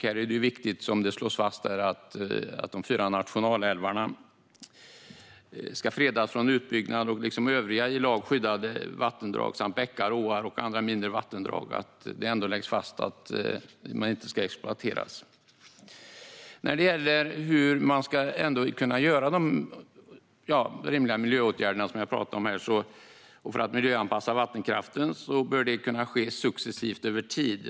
Här är det, vilket slås fast, viktigt att de fyra nationalälvarna ska fredas från utbyggnad liksom att det ska läggas fast att övriga i lag skyddade vattendrag samt bäckar, åar och andra mindre vattendrag inte ska exploateras. När det gäller de rimliga miljöåtgärder för att miljöanpassa vattenkraften som jag pratar om här bör sådana kunna ske successivt över tid.